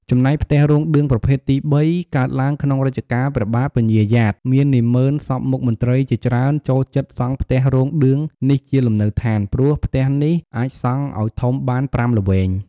ចំណែក ផ្ទះរោងឌឿងប្រភេទទី៣ កើតឡើងក្នុងរជ្ជកាលព្រះបាទពញាយ៉ាត មាននាម៉ឺន សព្វមុខមន្ត្រីជាច្រើនចូលចិត្តសង់ផ្ទះរោងឌឿងនេះជាលំនៅឋាន ព្រោះផ្ទះនេះអាចសង់ឲ្យធំបាន ៥ល្វែង ។